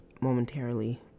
momentarily